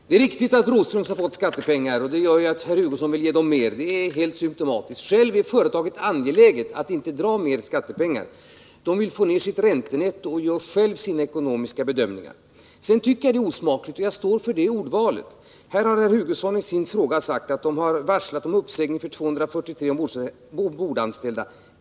Herr talman! Det är riktigt att Broströmskoncernen har fått skattepengar, och det gör ju att herr Hugosson vill ge koncernen ännu mer — det är helt symtomatiskt. Självt är företaget angeläget att inte dra mer skattepengar. Det vill få ned sitt räntenetto och självt göra de ekonomiska bedömningarna. Jag tycker att det är osmakligt — jag står för det ordvalet — när herr Hugosson i sin fråga skriver att företaget ”har varslat om uppsägning för 243 ombordanställda.